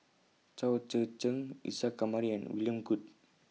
Chao Tzee Cheng Isa Kamari and William Goode